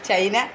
China